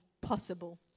possible